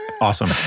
Awesome